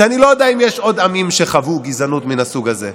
ואני לא יודע אם יש עוד עמים שחוו גזענות מהסוג הזה,